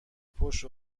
پشت